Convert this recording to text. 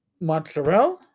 mozzarella